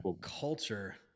culture